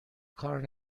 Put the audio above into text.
کار